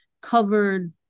covered